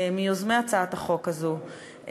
מיוזמי הצעת החוק הזאת,